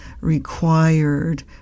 required